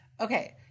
Okay